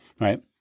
right